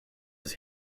his